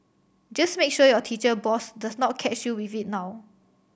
just make sure your teacher boss does not catch you with it now